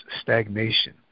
stagnation